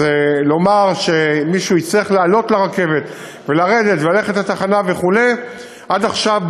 אז לומר שמישהו יצטרך לעלות לרכבת ולרדת וללכת לתחנה וכו' עד עכשיו,